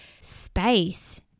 space